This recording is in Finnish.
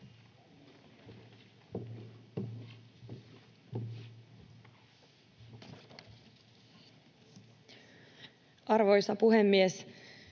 Arvoisa puhemies!